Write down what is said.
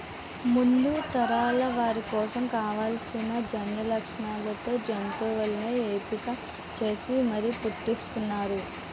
ముందు తరాల వారి కోసం కావాల్సిన జన్యులక్షణాలతో జంతువుల్ని ఎంపిక చేసి మరీ పుట్టిస్తున్నారు